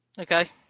Okay